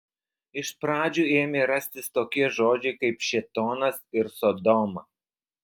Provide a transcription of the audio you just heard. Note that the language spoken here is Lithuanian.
iš pradžių ėmė rastis tokie žodžiai kaip šėtonas ir sodoma